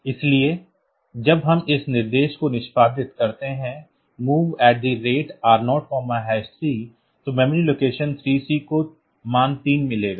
इसलिए जब हम इस निर्देश को निष्पादित करते हैं MOV R03 तो मेमोरी लोकेशन 3C को मान 3 मिलेगा